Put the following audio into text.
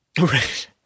Right